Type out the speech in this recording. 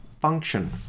function